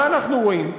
מה אנחנו רואים?